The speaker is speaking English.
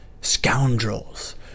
scoundrels